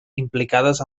implicades